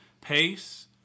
Pace